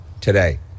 today